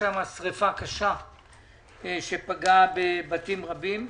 שריפה קשה שפגעה בבתים רבים.